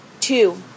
two